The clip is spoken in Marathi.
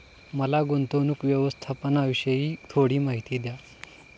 मला गुंतवणूक व्यवस्थापनाविषयी थोडी माहिती द्या